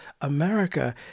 America